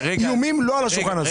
איומים לא על השולחן הזה.